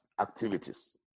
activities